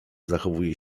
zachowuje